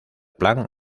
plan